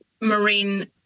marine